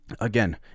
Again